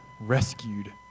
rescued